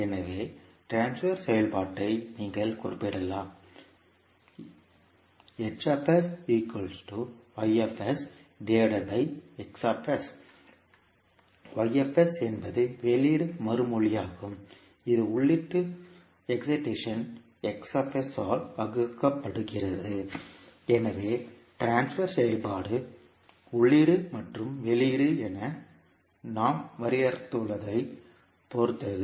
எனவே ட்ரான்ஸ்பர் செயல்பாட்டை நீங்கள் குறிப்பிடலாம் என்பது வெளியீட்டு மறுமொழியாகும் இது உள்ளீட்டு உற்சாகத்தால் ஆல் வகுக்கப்படுகிறது எனவே ட்ரான்ஸ்பர் செயல்பாடு உள்ளீடு மற்றும் வெளியீடு என நாம் வரையறுத்துள்ளதைப் பொறுத்தது